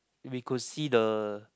we could see the